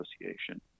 Association